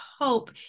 hope